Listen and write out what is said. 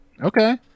Okay